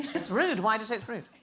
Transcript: it's rude. why did it's rude?